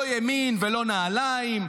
לא ימין ולא נעליים.